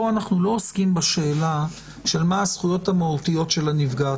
שאנחנו לא עוסקים בשאלה מה הזכויות המהותיות של הנפגעת.